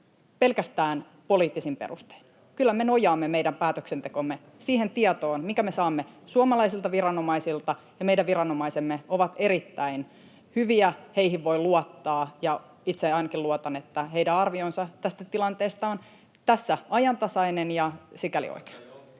pelkästään poliittisin perustein. Kyllä me nojaamme meidän päätöksentekomme siihen tietoon, minkä me saamme suomalaisilta viranomaisilta, ja meidän viranomaisemme ovat erittäin hyviä, heihin voi luottaa. Ja itse ainakin luotan, että heidän arvionsa tästä tilanteesta on ajantasainen ja sikäli oikea.